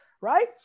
right